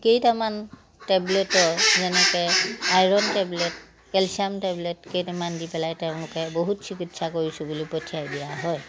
কেইটামান টেবলেটৰ যেনেকৈ আইৰণ টেবলেট কেলচিয়াম টেবলেট কেইটামান দি পেলাই তেওঁলোকে বহুত চিকিৎসা কৰিছোঁ বুলি পঠিয়াই দিয়া হয়